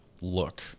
look